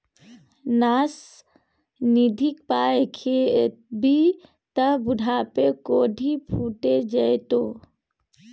न्यास निधिक पाय खेभी त बुढ़ापामे कोढ़ि फुटि जेतौ